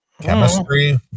chemistry